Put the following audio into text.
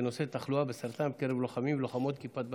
בנושא: תחלואה בסרטן בקרב לוחמים ולוחמות כיפת ברזל.